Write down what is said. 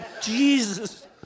Jesus